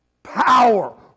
power